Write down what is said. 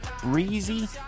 breezy